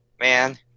Man